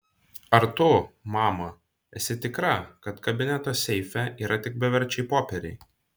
ar tu mama esi tikra kad kabineto seife yra tik beverčiai popieriai